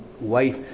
wife